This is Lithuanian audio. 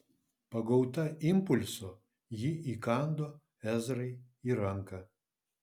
pagauta impulso ji įkando ezrai į ranką